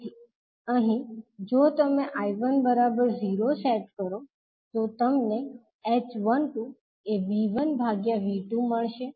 તેથી અહી જો તમે 𝐈1 0 સેટ કરો તો તમને h12 એ V1 ભાગ્યા V2 મળશે